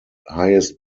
highest